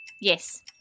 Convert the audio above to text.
Yes